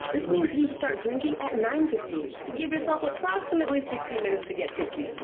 this means you need to start drinking at nine fifteen to give yourself approximately sixty minutes to get tipsy.